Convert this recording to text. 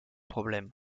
problèmes